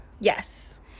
Yes